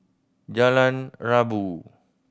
Jalan Rabu